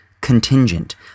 contingent